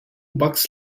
bucks